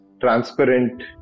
transparent